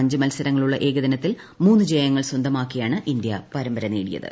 അഞ്ച് മത്സരങ്ങളുള്ള ഏകദിനത്തിൽ മൂന്ന് ജയങ്ങൾ സ്വന്തമാക്കിയാണ് ഇന്ത്യ പരമ്പരനേടിയത്